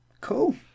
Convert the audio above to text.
Cool